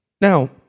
Now